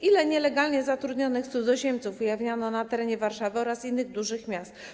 Ile nielegalnie zatrudnionych cudzoziemców ujawniono na terenie Warszawy oraz innych dużych miast?